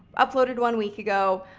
uploaded one week ago.